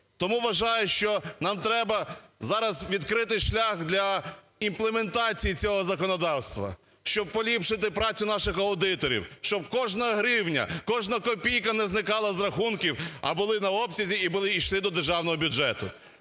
Тому вважаю, що нам треба зараз відкрити шлях для імплементації цього законодавства, щоб поліпшити працю наших аудиторів, щоб кожна гривня, кожна копійка не зникала з рахунків, а були на обсязі і йшли до державного бюджету.